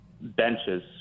benches